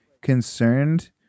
concerned